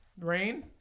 Rain